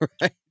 right